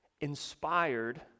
inspired